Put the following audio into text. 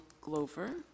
Glover